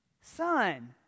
Son